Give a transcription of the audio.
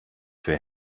für